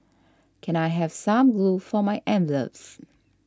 can I have some glue for my envelopes